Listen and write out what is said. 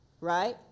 right